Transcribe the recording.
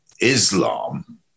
islam